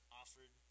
offered